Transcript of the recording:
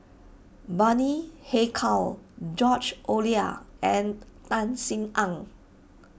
Bani Haykal George Oehlers and Tan Sin Aun